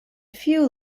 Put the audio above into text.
few